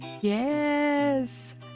Yes